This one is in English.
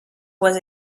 was